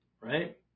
right